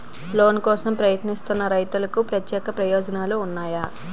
Loan కోసం ప్రయత్నిస్తున్న రైతులకు ప్రత్యేక ప్రయోజనాలు ఉన్నాయా?